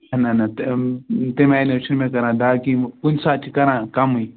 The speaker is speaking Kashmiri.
نہ نہ نہ تم تَمہِ آیہِ نہٕ حظ چھُنہٕ مےٚ کَران کینٛہہ کُنہِ ساتہٕ چھِ کَران کَمٕے